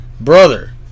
Brother